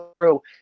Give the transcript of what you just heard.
true